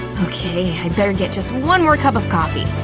okay, i better get just one more cup of coffee.